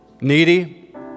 needy